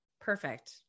perfect